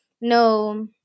no